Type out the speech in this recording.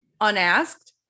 unasked